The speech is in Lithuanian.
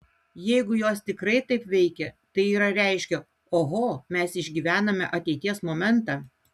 jeigu jos tikrai taip veikia tai yra reiškia oho mes išgyvename ateities momentą